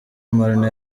marnaud